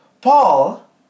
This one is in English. Paul